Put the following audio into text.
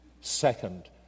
Second